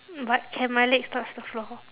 but can my legs touch the floor